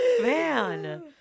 Man